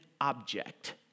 object